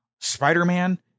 spider-man